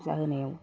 फुजा होनायाव